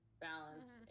balance